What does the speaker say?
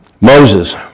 Moses